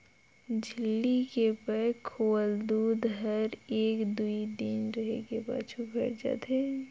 झिल्ली के पैक होवल दूद हर एक दुइ दिन रहें के पाछू फ़ायट जाथे